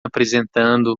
apresentando